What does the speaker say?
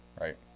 Right